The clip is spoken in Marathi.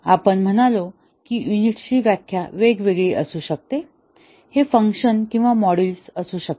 आपण म्हणालो की युनिटची व्याख्या वेगवेगळी असू शकते हे फंक्शन किंवा मॉड्यूल असू शकते